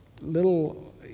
little